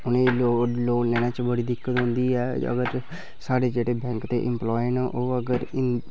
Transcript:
उ'नें ई लोन लैने च बड़ी दिक्कत औंदी ऐ अगर साढ़े जेह्ड़े बैंक दे इंप्लाय न ओह् अगर हिंदी